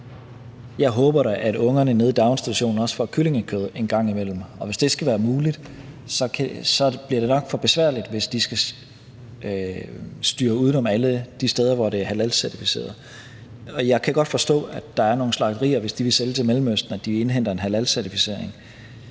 Jeg håber da, at ungerne nede i daginstitutionen også får kyllingekød en gang imellem, og hvis det skal være muligt, så bliver det nok for besværligt, hvis de skal styre uden om alle de steder, hvor det er halalcertificeret. Og jeg kan godt forstå, at nogle slagterier, hvis de vil sælge til Mellemøsten, indhenter en halalcertificering.